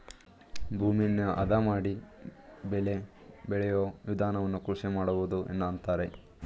ಭೂಮಿಯನ್ನು ಅದ ಮಾಡಿ ಬೆಳೆ ಬೆಳೆಯೂ ವಿಧಾನವನ್ನು ಕೃಷಿ ಮಾಡುವುದು ಅಂತರೆ